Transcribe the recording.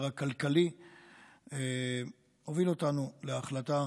והמשבר הכלכלי הובילו אותנו להחלטה